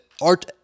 art